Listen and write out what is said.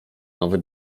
nowy